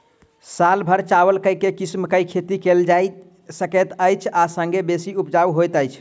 साल भैर चावल केँ के किसिम केँ खेती कैल जाय सकैत अछि आ संगे बेसी उपजाउ होइत अछि?